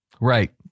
Right